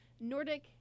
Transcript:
Nordic